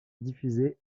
diffusée